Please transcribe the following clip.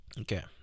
Okay